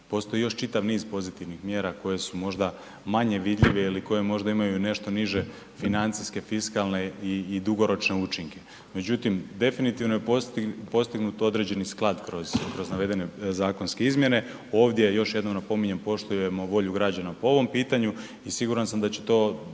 Postoji još čitav niz pozitivnih mjera koje su možda manje vidljive ili koje možda imaju nešto niže financijske, fiskalne i dugoročne učinke. Međutim, definitivno je postignut određeni sklad kroz navedene zakonske izmjene. Ovdje još jednom napominjem, poštujemo volju građana po ovom pitanju i siguran sam da će to